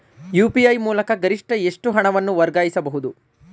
UPI ಮೂಲಕ ಗರಿಷ್ಠ ಎಷ್ಟು ಹಣವನ್ನು ವರ್ಗಾಯಿಸಬಹುದು?